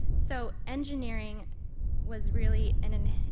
so engineering was really and and